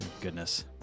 Goodness